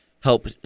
help